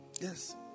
Yes